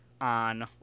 on